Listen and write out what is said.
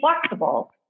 flexible